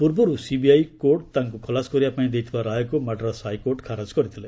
ପୂର୍ବରୁ CBI court ତାଙ୍କୁ ଖଲାସ କରିବାପାଇଁ ଦେଇଥିବା ରାୟକୁ ମାଡ୍ରାସ୍ ହାଇକୋର୍ଟ ଖାରଜ କରିଥିଲେ